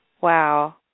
Wow